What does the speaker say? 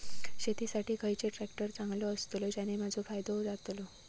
शेती साठी खयचो ट्रॅक्टर चांगलो अस्तलो ज्याने माजो फायदो जातलो?